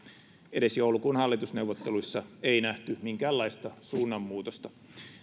edes joulukuun hallitusneuvotteluissa ei nähty minkäänlaista suunnanmuutosta